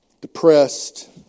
depressed